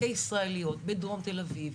כישראליות בדרום תל אביב,